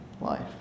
life